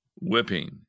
whipping